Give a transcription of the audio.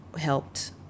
helped